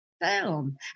Boom